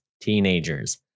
teenagers